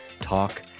Talk